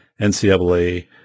NCAA